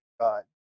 God